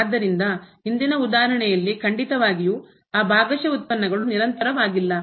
ಆದ್ದರಿಂದ ಹಿಂದಿನ ಉದಾಹರಣೆಯಲ್ಲಿ ಖಂಡಿತವಾಗಿಯೂ ಆ ಭಾಗಶಃ ಉತ್ಪನ್ನಗಳು ನಿರಂತರವಾಗಿಲ್ಲ